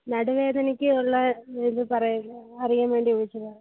നടുവേദനയ്ക്ക് ഉള്ള എന്തേലും പറയാൻ അറിയാൻ വേണ്ടി വിളിച്ചതാണ്